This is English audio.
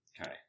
Okay